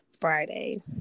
Friday